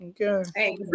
Okay